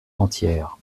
entière